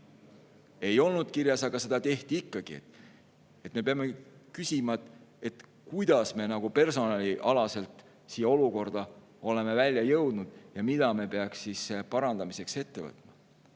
Ei olnud kirjas, aga seda tehti ikkagi. Me peame küsima, kuidas me personalivaldkonnas siia olukorda oleme välja jõudnud ja mida me peaksime selle parandamiseks ette võtma.